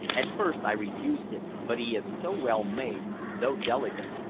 at first i refused him, but he is so well-made, though delicate,